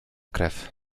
krew